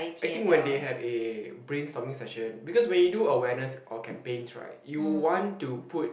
I think when they had a brain summit session because when you do awareness or campaigns right you want to put